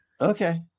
Okay